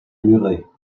muret